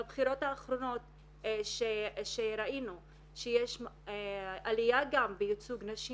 בבחירות האחרונות שראינו שיש עלייה גם בייצוג נשים